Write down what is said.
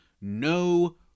no